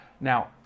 Now